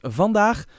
vandaag